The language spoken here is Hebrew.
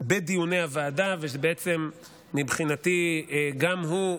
בדיוני הוועדה, ובעצם מבחינתי גם הוא,